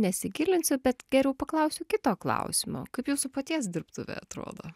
nesigilinsiu bet geriau paklausiu kito klausimo kaip jūsų paties dirbtuvė atrodo